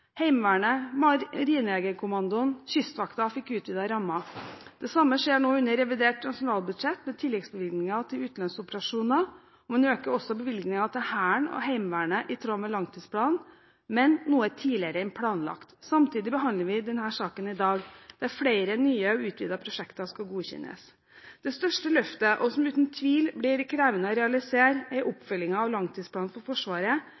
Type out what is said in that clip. Heimevernet, Marinejegerkommandoen og Kystvakten fikk utvidede rammer. Det samme skjer nå under revidert nasjonalbudsjett, ved tilleggsbevilgningen til utenlandsoperasjoner. Man øker også bevilgningen til Hæren og Heimevernet, i tråd med langtidsplanen, men noe tidligere enn planlagt. Samtidig behandler vi denne saken i dag, der flere nye og utvidede prosjekter skal godkjennes. Det største løftet, som uten tvil blir krevende å realisere, er oppfølgingen av langtidsplanen for Forsvaret